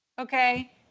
okay